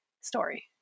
story